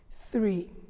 Three